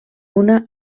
una